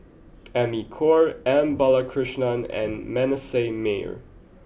Amy Khor M Balakrishnan and Manasseh Meyer